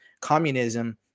communism